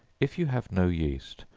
if you have no yeast,